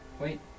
wait